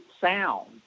sound